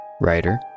writer